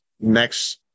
next